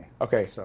Okay